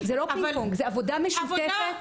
-- זה עבודה משותפת.